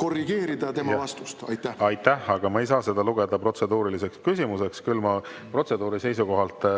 korrigeerida tema vastust. Aitäh! Ma ei saa seda lugeda protseduuriliseks küsimuseks. Küll aga protseduuri seisukohalt